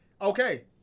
Okay